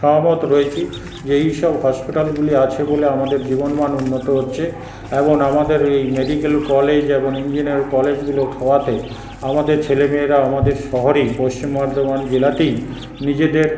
সহমত রয়েছি যে এইসব হসপিটালগুলি আছে বলে আমাদের জীবনমান উন্নত হচ্ছে এবং আমাদের এই মেডিকেল কলেজ এবং ইঞ্জিনিয়ারিং কলেজগুলো হওয়াতে আমাদের ছেলেমেয়েরা আমাদের শহরেই পশ্চিম বর্ধমান জেলাতেই নিজেদের